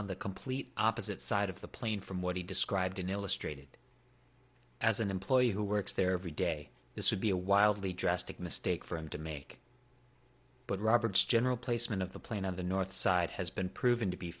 on the complete opposite side of the plane from what he described in illustrated as an employee who works there every day this would be a wildly drastic mistake for him to make but robert's general placement of the plane on the north side has been proven to be